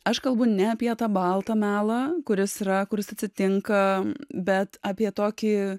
aš kalbu ne apie tą baltą melą kuris yra kuris atsitinka bet apie tokį